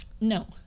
No